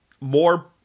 more